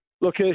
look